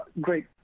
great